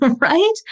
Right